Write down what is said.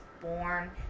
born